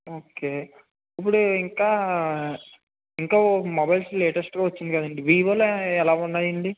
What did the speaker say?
okay ఇప్పుడు ఇంకా ఇంకా మొబైల్స్ లేటెస్ట్గా వచ్చింది కదా అండి వివోలో ఏ ఎలా ఉన్నాయి అండి